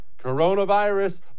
Coronavirus